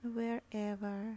Wherever